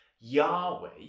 Yahweh